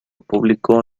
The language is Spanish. público